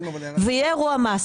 ויהיה אירוע מס.